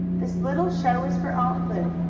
this little show is for aunt lu.